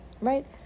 right